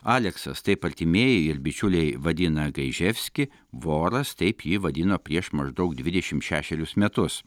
aleksas taip artimieji ir bičiuliai vadina gaiževskį voras taip jį vadino prieš maždaug dvidešim šešerius metus